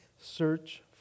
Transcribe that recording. search